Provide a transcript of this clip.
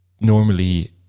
normally